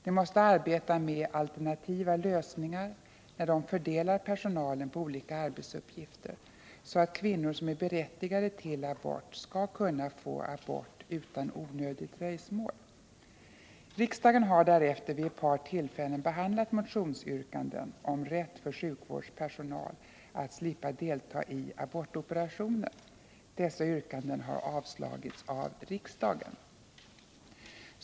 De måste arbeta med alternativa lösningar, när de fördelar personalen på olika arbetsuppgifter, så att kvinnor som är berättigade till abort skall kunna få abort utan onödigt dröjsmål. Riksdagen har därefter vid ett par tillfällen behandlat motionsyrkanden om rätt för sjukvårdspersonal att slippa delta i abortoperationer. Dessa yrkanden har avslagits av riksdagen.